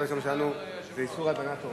זה איסור הלבנת הון.